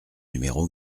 numéro